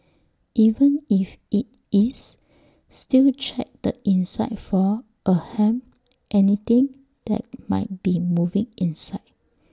even if IT is still check the inside for ahem anything that might be moving inside